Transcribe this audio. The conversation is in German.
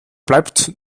bleibt